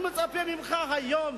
אני מצפה ממך היום,